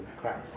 christ